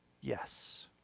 yes